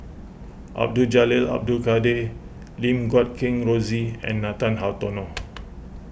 Abdul Jalil Abdul Kadir Lim Guat Kheng Rosie and Nathan Hartono